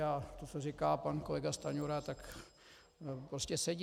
A to, co říká pan kolega Stanjura, prostě sedí.